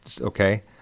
okay